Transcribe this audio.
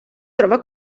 trova